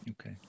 Okay